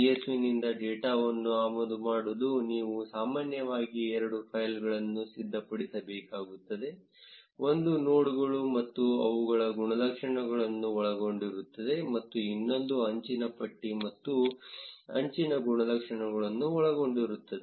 csv ನಿಂದ ಡೇಟಾವನ್ನು ಆಮದು ಮಾಡಲು ನೀವು ಸಾಮಾನ್ಯವಾಗಿ ಎರಡು ಫೈಲ್ಗಳನ್ನು ಸಿದ್ಧಪಡಿಸಬೇಕಾಗುತ್ತದೆ ಒಂದು ನೋಡ್ಗಳು ಮತ್ತು ಅವುಗಳ ಗುಣಲಕ್ಷಣಗಳನ್ನು ಒಳಗೊಂಡಿರುತ್ತದೆ ಮತ್ತು ಇನ್ನೊಂದು ಅಂಚಿನ ಪಟ್ಟಿ ಮತ್ತು ಅಂಚಿನ ಗುಣಲಕ್ಷಣಗಳನ್ನು ಒಳಗೊಂಡಿರುತ್ತದೆ